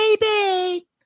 baby